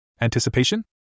Anticipation